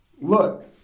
look